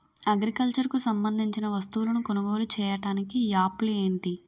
Agriculture కు సంబందించిన వస్తువులను కొనుగోలు చేయటానికి యాప్లు ఏంటి?